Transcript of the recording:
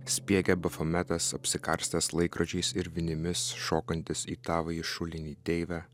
spiegia bafometas apsikarstęs laikrodžiais ir vinimis šokantis į tavąjį šulinį deive